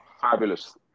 Fabulous